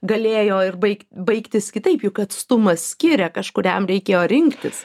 galėjo ir baigt baigtis kitaip juk atstumas skiria kažkuriam reikėjo rinktis